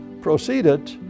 proceeded